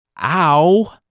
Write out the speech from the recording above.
Ow